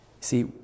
see